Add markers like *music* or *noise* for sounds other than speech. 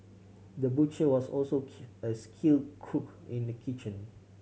the butcher was also *unintelligible* a skilled cook in the kitchen